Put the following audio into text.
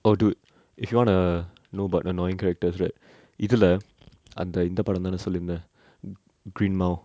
oh dude if you want to know about annoying characters right இதுல அந்த இந்த படோ தான சொல்லிருந்த:ithula antha intha pado thana solliruntha green mile